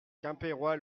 quimpérois